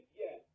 yes